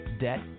debt